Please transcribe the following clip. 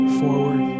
forward